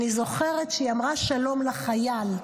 אני זוכרת שהיא אמרה שלום לחייל.